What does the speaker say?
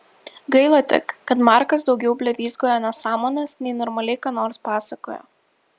gaila tik kad markas daugiau blevyzgojo nesąmones nei normaliai ką nors pasakojo